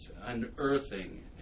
unearthing